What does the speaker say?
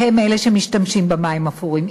שהם אלה שמשתמשים במים אפורים.